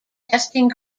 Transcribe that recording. testing